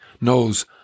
knows